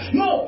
no